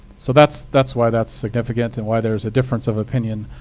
so that's that's why that's significant and why there's a difference of opinion,